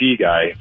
guy